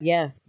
Yes